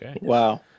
Wow